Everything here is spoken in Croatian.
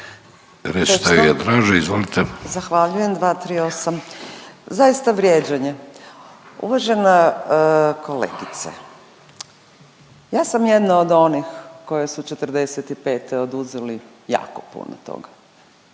Urša (Možemo!)** Zahvaljujem. 238., zaista vrijeđanje, uvažena kolegice ja sam jedna od onih kojoj du '45. oduzeli jako puno toga,